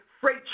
freight